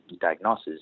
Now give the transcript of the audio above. diagnosis